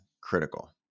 critical